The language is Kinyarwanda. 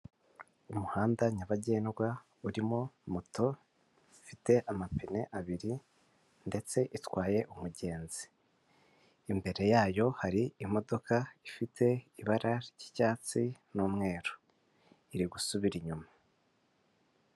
Umuhanda nyabagendwa urimo moto ifite amapine abiri ndetse itwaye umugenzi. Imbere yayo hari imodoka ifite ibara ry'icyatsi n'umweru iri gusubira inyuma.